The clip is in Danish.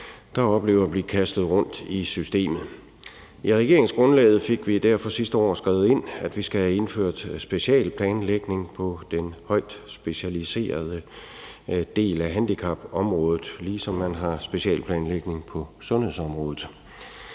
der oplever at blive kastet rundt i systemet. I regeringsgrundlaget fik vi derfor sidste år skrevet ind, at vi skal have indført specialplanlægning på den højt specialiserede del af handicapområdet, ligesom man har specialplanlægning på sundhedsområdet.